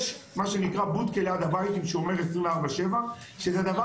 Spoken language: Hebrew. יש מה שנקרא בוטקה ליד הבית עם שומר 24/7 שזה הדבר